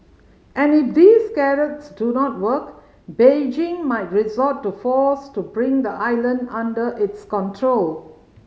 and if these carrots do not work Beijing might resort to force to bring the island under its control